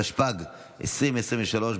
התשפ"ג 2023,